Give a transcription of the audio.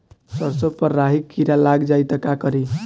सरसो पर राही किरा लाग जाई त का करी?